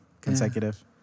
consecutive